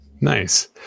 Nice